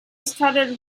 started